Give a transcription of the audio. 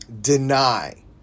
deny